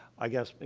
i guess, maybe,